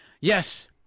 Yes